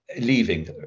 Leaving